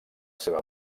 seva